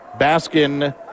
Baskin